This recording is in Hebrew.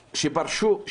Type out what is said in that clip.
שפרשו,